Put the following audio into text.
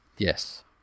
Yes